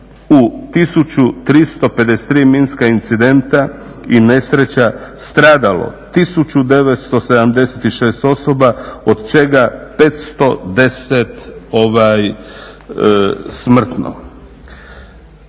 u 1353 minska incidenta i nesreća stradalo 1976 osoba od čega 510 smrtno.